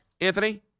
Anthony